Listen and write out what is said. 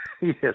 Yes